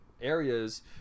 areas